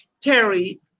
Terry